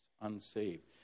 unsaved